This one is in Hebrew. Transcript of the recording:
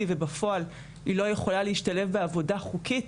ובפועל היא לא יכולה להשתלב בעבודה חוקית,